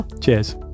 Cheers